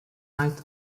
night